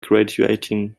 graduating